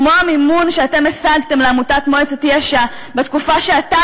כמו המימון שאתם השגתם לעמותת מועצת יש"ע בתקופה שאתה,